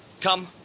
Come